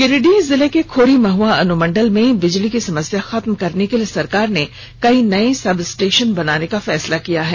गिरिडीह जिले के खोरीमहुआ अनुमंडल में बिजली की समस्या खत्म करने के लिए सरकार ने कई नये सबस्टेशन बनाने का फैसला किया है